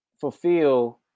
fulfill